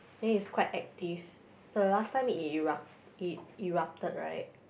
then it's quite active the last time it erupt it erupted right